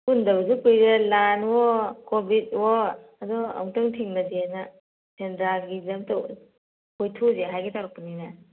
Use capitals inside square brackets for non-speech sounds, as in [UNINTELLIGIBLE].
ꯄꯨꯟꯗꯕꯁꯨ ꯀꯨꯏꯔꯦ ꯂꯥꯟꯑꯣ ꯀꯣꯕꯤꯗꯑꯣ ꯑꯗꯣ ꯑꯃꯨꯛꯇꯪ ꯊꯦꯡꯅꯁꯦꯅ ꯁꯦꯟꯗ꯭ꯔꯥꯒꯤ [UNINTELLIGIBLE] ꯀꯣꯏꯊꯣꯛꯎꯁꯦ ꯍꯥꯏꯒꯦ ꯇꯧꯔꯛꯄꯅꯤꯅꯦ